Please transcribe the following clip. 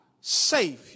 savior